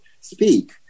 speak